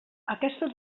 aquesta